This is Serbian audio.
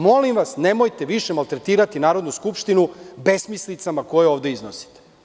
Molim vas, nemojte više maltretirati Narodnu skupštinu besmislicama koje ovde iznostite.